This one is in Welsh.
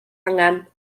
angen